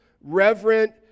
reverent